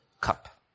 cup